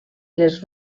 les